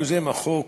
יוזם החוק,